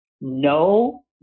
No